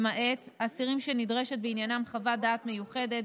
למעט אסירים שנדרשת בעניינם חוות דעת מיוחדת